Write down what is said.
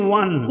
one